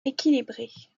équilibrée